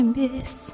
miss